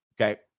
Okay